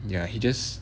ya he just